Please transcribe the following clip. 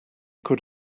could